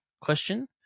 question